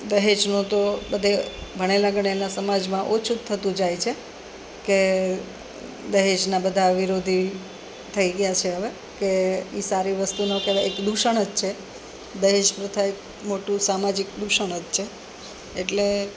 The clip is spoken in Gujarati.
દહેજનું તો બધે ભણેલા ગણેલા સમાજમાં ઓછું જ થતું જાય છે કે દહેજના બધા વિરોધી થઈ ગયા છે હવે કે એ સારી વસ્તુ ન કહેવાય એક દૂષણ જ છે દહેજ પ્રથા એક મોટું સામાજિક દૂષણ જ છે એટલે